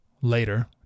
later